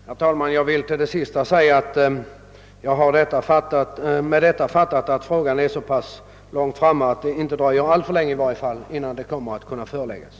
Herr talman! Jag fattar statsrådets uttalande så att kommitténs arbete fortskridit så långt att det inte dröjer alltför länge innan resultatet därav föreligger.